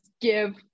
give